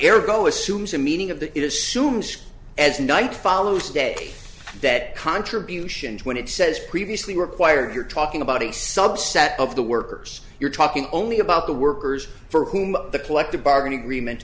air go assumes a meeting of the it assumes as night follows day that contributions when it says previously required you're talking about a subset of the workers you're talking only about the workers for whom the collective bargaining agreement